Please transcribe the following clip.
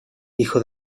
hijo